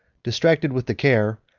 distracted with the care,